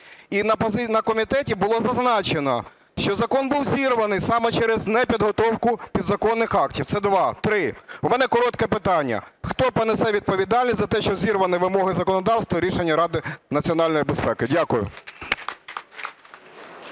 І на комітеті було зазначено, що закон був зірваний саме через непідготовку підзаконних актів. Це два. Три. У мене коротке питання. Хто понесе відповідальність за те, що зірвані вимоги законодавства і рішення Ради національної безпеки? Дякую.